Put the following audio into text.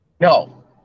No